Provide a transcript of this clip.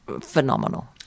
phenomenal